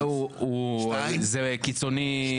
זה קיצוני,